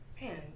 Man